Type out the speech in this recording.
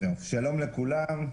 שלום לכולם.